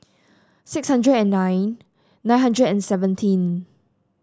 six hundred and nine nine hundred and seventeen